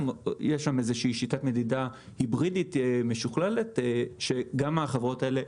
יש שם שיטת מדידה היברידית משוכללת שגם החברות האלה,